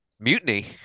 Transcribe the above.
Mutiny